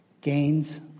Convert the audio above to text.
gains